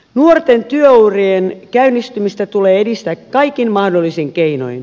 nuorten työurien käynnistymistä tulee edistää kaikin mahdollisin keinoin